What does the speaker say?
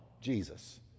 jesus